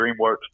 DreamWorks